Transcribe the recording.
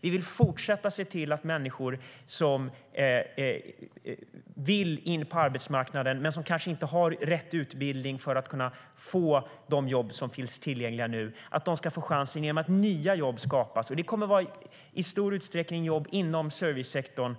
Vi vill fortsätta att se till att människor som vill in på arbetsmarknaden - men som kanske inte har rätt utbildning för att få något av de jobb som finns tillgängliga - ska få chansen genom att nya jobb skapas. Det kommer i stor utsträckning att vara jobb inom servicesektorn,